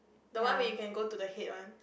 the one where you can go to the head one